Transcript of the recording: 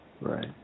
Right